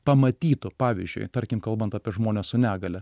pamatytų pavyzdžiui tarkim kalbant apie žmones su negalia